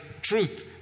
truth